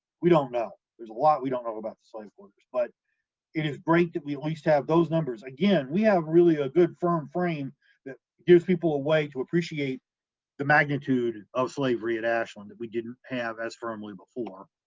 we don't know. there's a lot we don't know about the slave quarters, but it is great that we at least have those numbers. again, we have really a good, firm frame that gives people a way to appreciate the magnitude um slavery at ashland that we didn't have as firmly before.